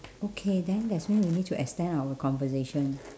okay then that's why we need to extend our conversation